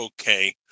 okay